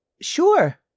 Sure